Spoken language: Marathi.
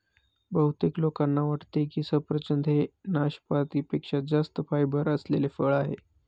बहुतेक लोकांना वाटते की सफरचंद हे नाशपाती पेक्षा जास्त फायबर असलेले फळ आहे